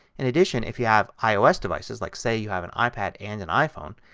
in addition if you have ios devices, like say you have an ipad and an iphone,